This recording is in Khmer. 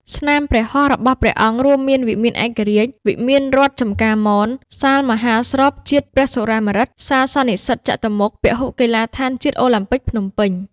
ស្នាមព្រះហស្តរបស់ព្រះអង្គរួមមាន វិមានឯករាជ្យ វិមានរដ្ឋចំការមន សាលមហោស្រពជាតិព្រះសុរាម្រិត សាលសន្និសីទចតុមុខ ពហុកីឡាដ្ឋានជាតិអូឡាំពិកភ្នំពេញ។